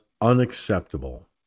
unacceptable